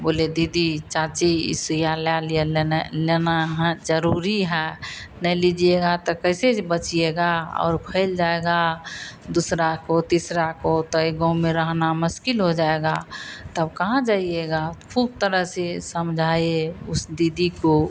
बोले दीदी चाची ई सुइयां ला लिया लेना लेना हाँ ज़रूरी है नहीं लीजिएगा तो कैसे बचिएगा और फैल जाएगा दूसरों को तिसरा को तो ई गाँव में रहना मुश्किल हो जाएगा तब कहाँ जाइएगा आप ख़ूब तरह से समझाए उस दीदी को